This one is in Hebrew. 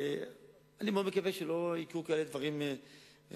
אני מאוד מקווה שלא יקרו כאלה דברים בעתיד,